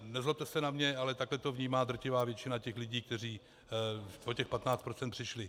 Nezlobte se na mě, ale takhle to vnímá drtivá většina těch lidí, kteří o těch patnáct procent přišli.